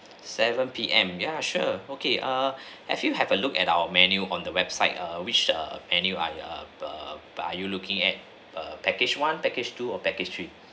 seven P_M ya sure okay ah have you have a look at our menu on the website err which err menu err err are you looking at err package one package two or package three